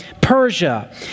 Persia